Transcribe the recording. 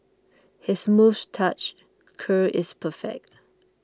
his moustache curl is perfect